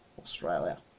Australia